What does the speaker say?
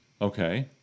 Okay